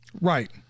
right